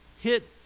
hit